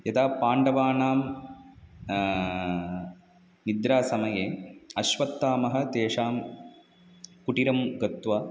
यदा पाण्डवानां निद्रासमये अश्वत्थामा तेषां कुटिरं गत्वा